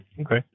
Okay